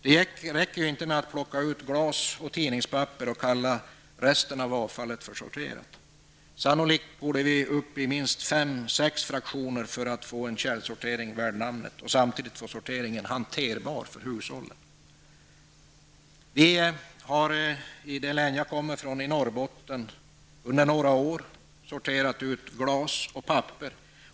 Det räcker inte med att plocka ut glas och tidningspapper och kalla resten avfallet för sorterat. Sannolikt bör vi komma upp i minst 5--6 fraktioner för att få en källsortering värd namnet och samtidigt få sortering hanterbar för hushållen. I det län jag kommer ifrån i Norrbotten har vi under några år sorterat ut glas och papper.